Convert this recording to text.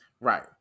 Right